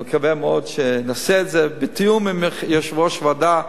אני מקווה מאוד שנעשה את זה בתיאום עם יושב-ראש הוועדה,